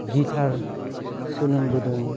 guitar सोलोंबोदों